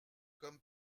comme